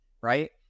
right